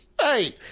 hey